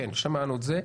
שמענו את זה.